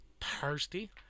thirsty